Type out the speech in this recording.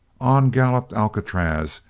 on galloped alcatraz,